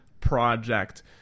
Project